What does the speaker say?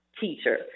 teacher